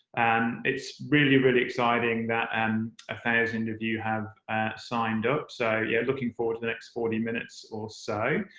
and it's really, really exciting that one and ah thousand of you have signed up. so, yeah, looking forward to the next forty minutes or so.